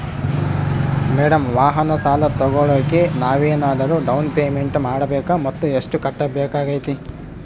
Madam ವಾಹನ ಸಾಲ ತೋಗೊಳೋಕೆ ನಾವೇನಾದರೂ ಡೌನ್ ಪೇಮೆಂಟ್ ಮಾಡಬೇಕಾ ಮತ್ತು ಎಷ್ಟು ಕಟ್ಬೇಕಾಗ್ತೈತೆ?